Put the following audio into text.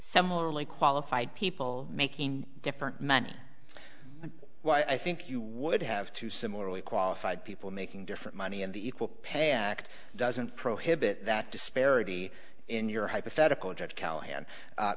overly qualified people making different man why i think you would have to similarly qualified people making different money in the equal pay act doesn't prohibit that disparity in your hypothetical judge callahan